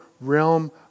realm